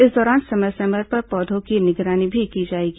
इस दौरान समय समय पर पौधों की निगरानी भी की जाएगी